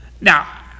Now